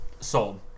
sold